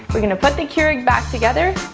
we're going to put the keurig back together,